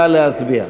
נא להצביע.